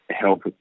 help